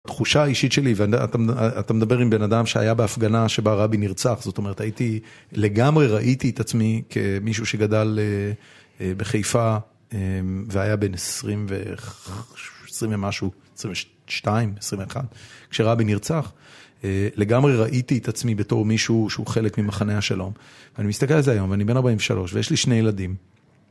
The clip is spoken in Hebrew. תחושה אישית שלי, ואתה מדבר עם בן אדם שהיה בהפגנה שבה רבין נרצח, זאת אומרת הייתי לגמרי ראיתי את עצמי כמישהו שגדל בחיפה והיה בן 20 ו... 20 משהו, 22, 21 כשרבין נרצח לגמרי ראיתי את עצמי בתור מישהו שהוא חלק ממחנה השלום אני מסתכל על זה היום ואני בן 43 ויש לי שני ילדים